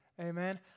Amen